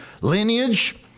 lineage